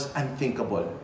unthinkable